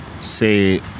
say